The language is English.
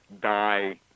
die